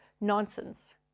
nonsense